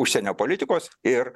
užsienio politikos ir